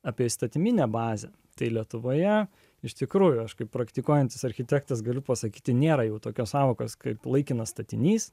apie įstatyminę bazę tai lietuvoje iš tikrųjų aš kaip praktikuojantis architektas galiu pasakyti nėra jau tokios sąvokos kaip laikinas statinys